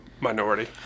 minority